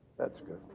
that's good.